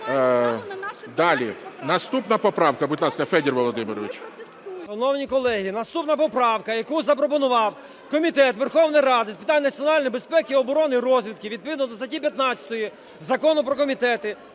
Далі. Наступна поправка, будь ласка, Федір Володимирович. 13:31:10 ВЕНІСЛАВСЬКИЙ Ф.В. Шановні колеги, наступна поправка, яку запропонував Комітет Верховної Ради з питань національної безпеки, оборони і розвідки, відповідно до статті 15 Закону про комітети